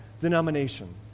denomination